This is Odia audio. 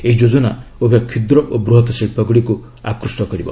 ଏହି ଯୋଜନା ଉଭୟ କ୍ଷୁଦ୍ର ଓ ବୃହତ ଶିଳ୍ପଗୁଡ଼ିକୁ ଆକୃଷ୍ଟ କରିବା